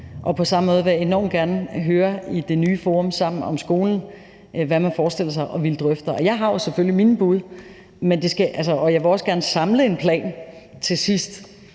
På samme måde vil jeg enormt gerne høre i det nye forum Sammen om skolen, hvad man forestiller sig at ville drøfte. Jeg har jo selvfølgelig mine bud, og jeg vil også gerne samle en plan til sidst,